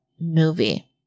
movie